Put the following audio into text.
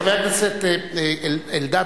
חבר הכנסת אלדד,